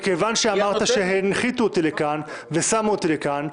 מכיוון שאמרת שהנחיתו אותי לכאן ושמו אותי כאן,